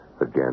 again